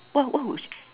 what what would she